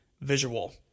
visual